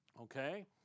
Okay